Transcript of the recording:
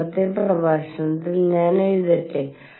മുമ്പത്തെ പ്രഭാഷണത്തിൽ ഞാൻ എഴുതട്ടെ